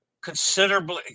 considerably